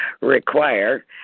require